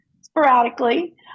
sporadically